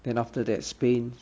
then after that spain